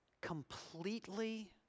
completely